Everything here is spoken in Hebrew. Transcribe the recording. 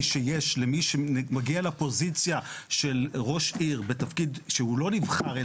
שיש למי שמגיע לפוזיציה של ראש עיר בתפקיד שהוא לא נבחר,